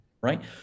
right